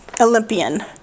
Olympian